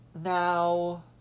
now